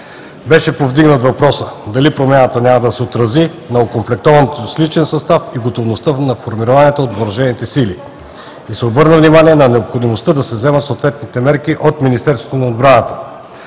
Беше повдигнат въпросът дали промяната няма да се отрази на окомплектоването с личен състав и готовността на формированията от Въоръжените сили, и се обърна внимание на необходимостта да се вземат съответните мерки от Министерството на отбраната.